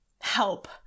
help